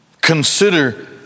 Consider